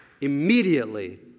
Immediately